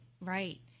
Right